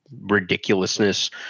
ridiculousness